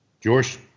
George